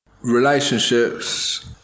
Relationships